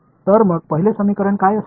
तर मग पहिले समीकरण काय असेल